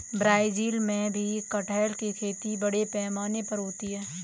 Brazil में भी कटहल की खेती बड़े पैमाने पर होती है